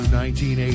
1980